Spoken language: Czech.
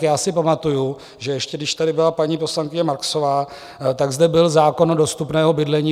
Já si pamatuji, že ještě když tady byla paní poslankyně Marksová, tak zde byl zákon o dostupném bydlení.